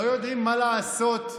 לא יודעים מה לעשות,